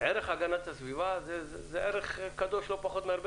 ערך הגנת הסביבה זה ערך קדוש לא פחות מהרבה